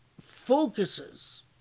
focuses